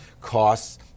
costs